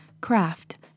craft